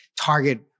target